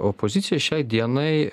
opozicija šiai dienai